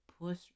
Push